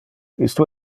isto